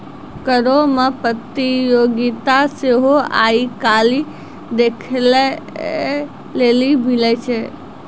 करो मे प्रतियोगिता सेहो आइ काल्हि देखै लेली मिलै छै